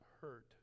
hurt